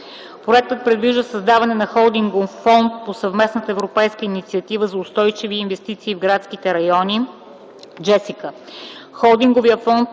Проектът предвижда създаването на Холдингов фонд по Съвместната европейска инициатива за устойчиви инвестиции в градските райони (JESSICA). Холдинговият фонд